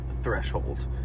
threshold